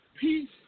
peace